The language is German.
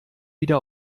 wieder